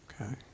Okay